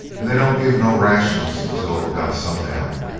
and they don't give no rations until about sundown,